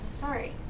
Sorry